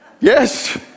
Yes